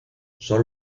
son